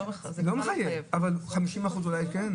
לא מחייב, אבל חמישים אחוזים אולי כן?